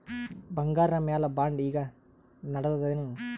ಬಂಗಾರ ಮ್ಯಾಲ ಬಾಂಡ್ ಈಗ ನಡದದೇನು?